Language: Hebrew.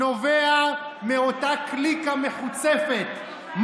נובע מאותה קליקה מחוצפת,